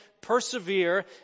Persevere